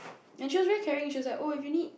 and she was very caring she was like oh if you need